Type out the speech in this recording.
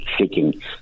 seeking